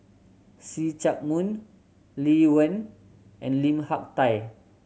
See Chak Mun Lee Wen and Lim Hak Tai